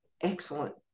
excellent